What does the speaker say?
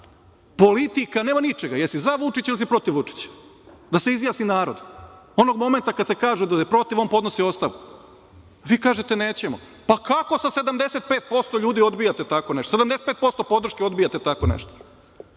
politika, nema ničega, jesi li za Vučića ili si protiv Vučića, da se izjasni narod. Onog momenta kad se kaže da je protiv, on podnosi ostavku. Vi kažete - nećemo. Pa, kako sa 75% ljudi odbijate tako nešto, 75% podrške odbijate tako